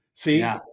See